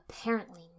Apparently